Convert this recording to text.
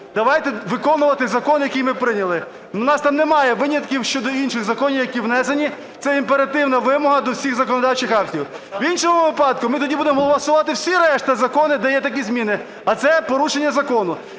Давайте виконувати закон, який ми прийняли. У нас там немає винятків щодо інших законів, які внесені. Це імперативна вимога до всіх законодавчих актів. В іншому випадку ми тоді будемо голосувати всі решта закони, де є такі зміни, а це порушення закону.